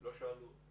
לא שאלו.